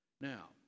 Now